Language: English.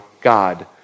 God